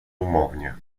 umownie